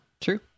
true